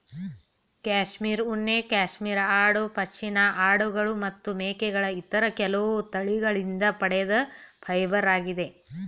cashmere ಉಣ್ಣೆ cashmere ಆಡು ಪಶ್ಮಿನಾ ಆಡುಗಳು ಮತ್ತು ಮೇಕೆಗಳ ಇತರ ಕೆಲವು ತಳಿಗಳಿಂದ ಪಡೆದ ಫೈಬರಾಗಿದೆ